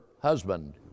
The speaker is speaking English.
husband